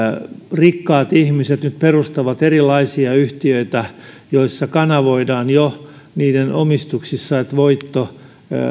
rikkaat ihmiset nyt perustavat erilaisia yhtiöitä joissa kanavoidaan jo niiden omistuksissa että voitto